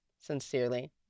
Sincerely